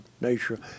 nature